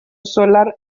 solar